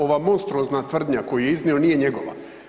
Ova monstruozna tvrdnja koju je iznio nije njegova.